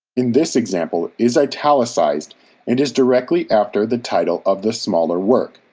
in this example, is italicized and is directly after the title of the smaller work.